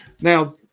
Now